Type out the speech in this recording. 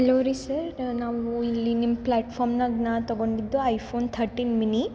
hello ರೀ sir ನಾವು ಇಲ್ಲಿ ನಿಮ್ಮ ಪ್ಲಾಟ್ಫಾರ್ಮ್ನಾಗ ನಾನು ತೊಗೊಂಡಿದ್ದು ಐಫೋನ್ ಥರ್ಟೀನ್ ಮಿನಿ